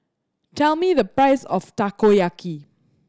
tell me the price of Takoyaki